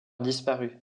disparu